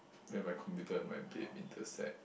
then my computer and my date intersect